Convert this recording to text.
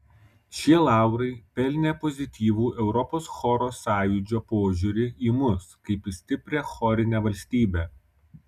šie laurai pelnė pozityvų europos choro sąjūdžio požiūrį į mus kaip į stiprią chorinę valstybę